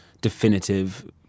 definitive